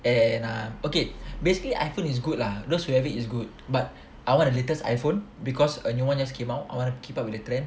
and ah okay basically iphone is good lah those who have it is good but I want a latest iphone because a new one just came out I wanna keep up with the trend